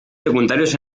secundarios